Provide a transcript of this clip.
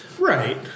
Right